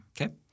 Okay